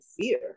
fear